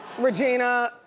regina,